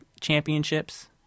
Championships